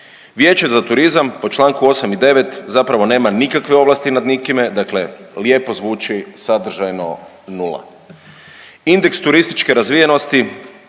Vijeće za turizam po čl. 8. i 9. zapravo nema nikakve ovlasti nad nikime, dakle lijepo zvuči, sadržajno 0.